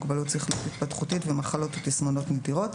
מוגבלות שכלית-התפתחותית ומחלות ותסמונות נדירות,